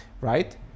Right